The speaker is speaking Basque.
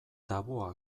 tabua